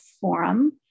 Forum